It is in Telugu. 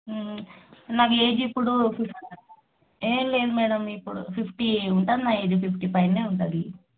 నాకు ఏజ్ ఇప్పుడు ఫిఫ్టీ ఏం లేదు మేడం ఇప్పుడు ఫిప్టీ ఉంటుంది నా ఏజ్ ఫిప్టీ పైనే ఉంటుంది